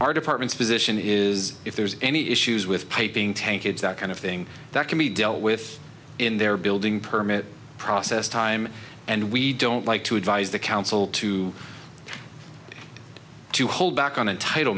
our department's position is if there's any issues with taping tank it's that kind of thing that can be dealt with in their building permit process time and we don't like to advise the council to to hold back on entitle